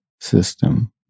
system